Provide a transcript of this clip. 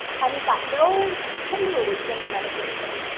and he got no pain relief from the medication,